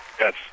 Yes